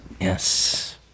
Yes